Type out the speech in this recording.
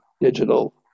digital